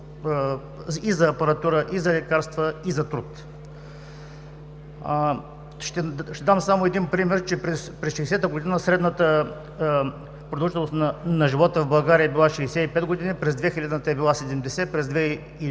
и за апаратура, и за лекарства, и за труд. Ще дам само един пример: през 1960 г. средната продължителност на живота в България е била 65 години, през 2000 е била 70, през 2012 е 74.